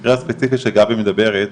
במקרה הספציפי שגבי מדברת,